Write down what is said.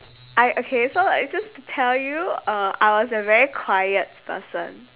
I okay so like just to tell you uh I was a very quiet person